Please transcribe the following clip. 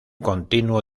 continuo